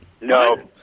No